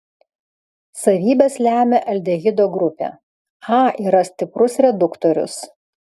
savybes lemia aldehido grupė a yra stiprus reduktorius